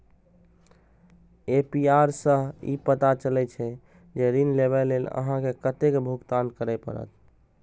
APR सं ई पता चलै छै, जे ऋण लेबा लेल अहां के कतेक भुगतान करय पड़त